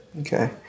Okay